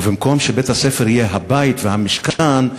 ובמקום שבית-הספר יהיה הבית והמשכן,